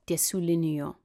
tiesių linijų